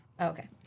Okay